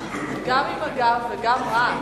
גם עם הגב וגם רעש,